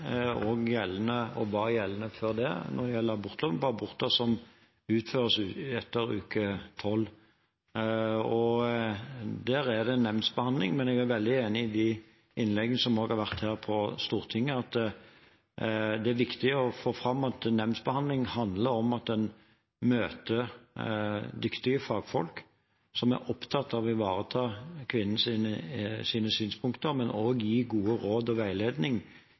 gjeldende, og også var gjeldende før det, når det gjelder abortloven med hensyn til aborter som utføres etter uke 12. Der er det nemndbehandling. Men jeg er veldig enig i de innleggene som også har vært her på Stortinget. Det er viktig å få fram at nemndbehandling handler om at en møter dyktige fagfolk som er opptatt av å ivareta kvinnens synspunkter, men også gi gode råd og veiledning